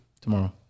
Tomorrow